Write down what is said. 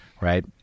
right